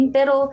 Pero